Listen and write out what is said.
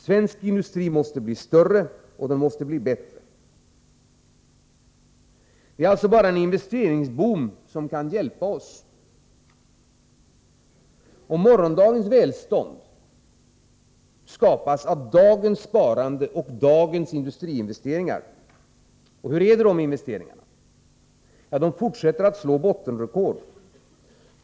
Svensk industri måste bli större och bättre. Det är alltså bara en investeringsboom som kan hjälpa oss. Morgondagens välstånd skapas av dagens sparande och dagens industriinvesteringar. Hur är det då med investeringarna? Ja, de fortsätter att slå bottenrekord.